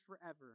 forever